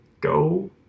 go